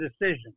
decision